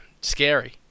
scary